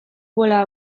bola